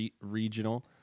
regional